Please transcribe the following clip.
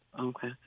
Okay